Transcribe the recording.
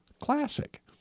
classic